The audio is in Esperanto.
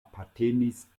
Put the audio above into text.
apartenis